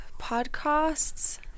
podcasts